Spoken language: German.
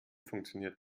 funktioniert